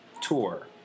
tour